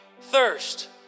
thirst